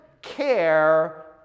care